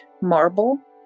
marble